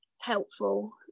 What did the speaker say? helpful